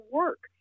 work